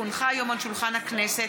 כי הונחה היום על שולחן הכנסת,